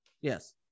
Yes